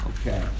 Okay